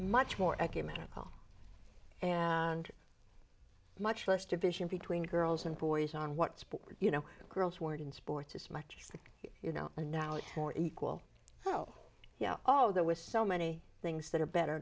much more ecumenical and much less division between girls and boys on what sport you know girls weren't in sports as much as you know and now it's more equal oh yeah oh that was so many things that are better